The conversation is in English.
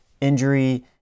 injury